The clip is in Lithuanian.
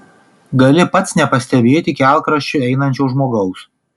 gali pats nepastebėti kelkraščiu einančio žmogaus